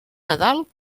nadal